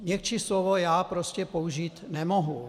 Měkčí slovo já prostě použít nemohu.